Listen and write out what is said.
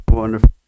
Wonderful